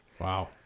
Wow